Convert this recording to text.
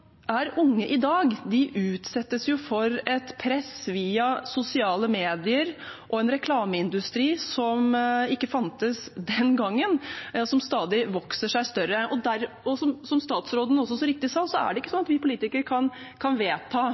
er unge i dag, utsettes for et press via sosiale medier og en reklameindustri som ikke fantes den gangen, og som stadig vokser seg større. Som statsråden også så riktig sa, er det ikke sånn av vi politikere kan vedta